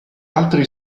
altri